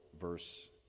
verse